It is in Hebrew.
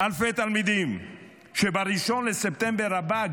אלפי תלמידים שב-1 בספטמבר הבא,